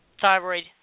thyroid